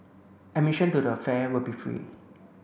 admission to the fair will be free